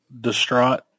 distraught